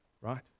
right